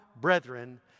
brethren